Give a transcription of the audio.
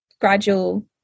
gradual